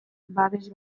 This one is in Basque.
babes